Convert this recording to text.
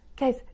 Guys